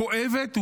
כואבת ומורכבת,